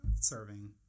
serving